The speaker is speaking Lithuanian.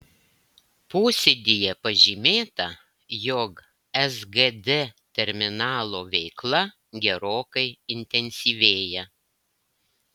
posėdyje pažymėta jog sgd terminalo veikla gerokai intensyvėja